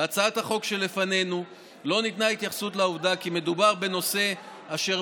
בהצעת החוק שלפנינו לא ניתנה התייחסות לעובדה כי מדובר בנושא אשר